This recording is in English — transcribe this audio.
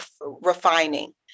refining